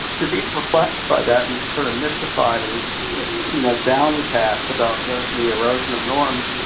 to be perplexed by that and sort of mystified and you know downcast about the the erosion of norms,